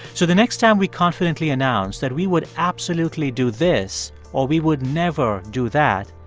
so the next time we confidently announce that we would absolutely do this or we would never do that,